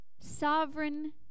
Sovereign